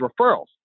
referrals